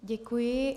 Děkuji.